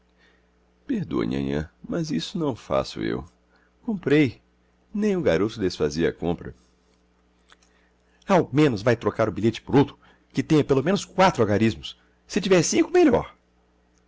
nhanhã mas isso não faço eu comprei nem o garoto desfazia a compra ao menos vai trocar o bilhete por outro que tenha pelo menos quatro algarismos se tiver cinco melhor